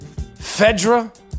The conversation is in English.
Fedra